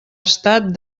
estat